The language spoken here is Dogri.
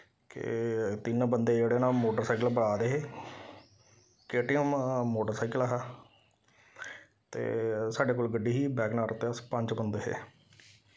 के तिन्न बंदे जेह्ड़े ना ओह् मोटर साइकलै पर आ दे हे के टी ऐम्म मोटर साइकल हा ते साह्ढे कोल गड्डी ही बैगन आर ते अस पंज बंदे हे